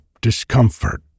discomfort